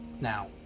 Now